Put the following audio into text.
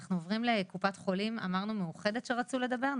אנחנו עוברים לקופת החולים מאוחדת שרצו לדבר.